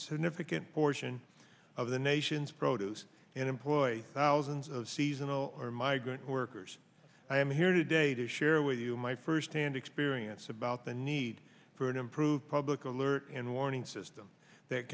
significant portion of the nation's produce and employ thousands of seasonal migrant workers i am here today to share with you my firsthand experience about the need for an improved public alert and warning system that